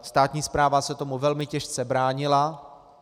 Státní správa se tomu velmi těžce bránila.